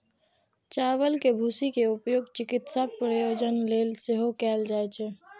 चावल के भूसी के उपयोग चिकित्सा प्रयोजन लेल सेहो कैल जाइ छै